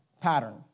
Pattern